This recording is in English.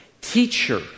Teacher